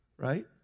right